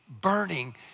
burning